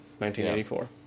1984